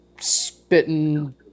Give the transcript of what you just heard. spitting